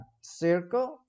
circle